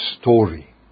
story